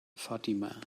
fatima